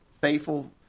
faithful